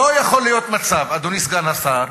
לא יכול להיות מצב, אדוני סגן השר,